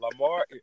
Lamar